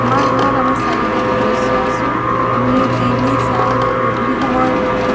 আমাৰ ঘৰত আমি চাৰিজন সদস্য আছোঁ আমি টিভি চাই গধূলি সময়ত